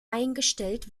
eingestellt